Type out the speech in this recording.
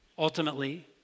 Ultimately